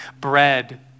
bread